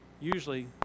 usually